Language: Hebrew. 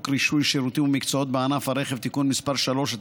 רישוי שירותים ומקצועות בענף הרכב (תיקון מס' 3),